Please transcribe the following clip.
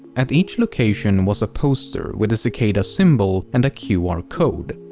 at each location was a poster with the cicada symbol and a qr code.